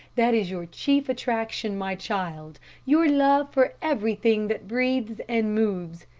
that is your chief attraction, my child your love for everything that breathes and moves.